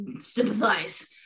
sympathize